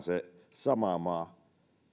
se sama maa